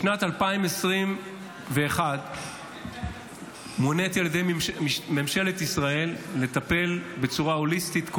בשנת 2021 מוניתי על ידי ממשלת ישראל לטפל בצורה הוליסטית,